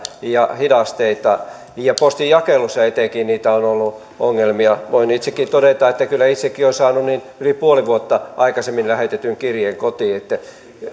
ja hidasteita ja etenkin postinjakelussa niitä ongelmia on ollut voin todeta että kyllä itsekin olen saanut yli puoli vuotta aikaisemmin lähetetyn kirjeen kotiin niin